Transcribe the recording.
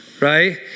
right